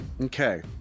Okay